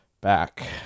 back